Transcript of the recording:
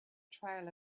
trail